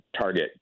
target